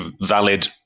valid